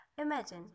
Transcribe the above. Imagine